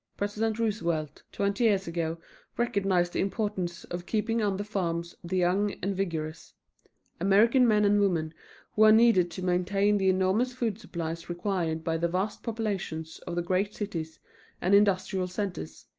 president roosevelt twenty years ago recognized the importance of keeping on the farms the young and vigorous american men and women who are needed to maintain the enormous food supplies required by the vast populations of the great cities and industrial centers,